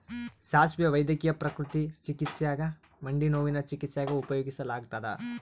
ಸಾಸುವೆ ವೈದ್ಯಕೀಯ ಪ್ರಕೃತಿ ಚಿಕಿತ್ಸ್ಯಾಗ ಮಂಡಿನೋವಿನ ಚಿಕಿತ್ಸ್ಯಾಗ ಉಪಯೋಗಿಸಲಾಗತ್ತದ